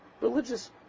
religious